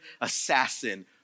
assassin